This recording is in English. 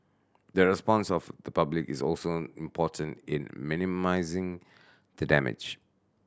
the response of the public is also important in minimising the damage